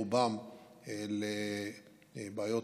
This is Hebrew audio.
רובן בעיות,